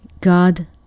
God